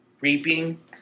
reaping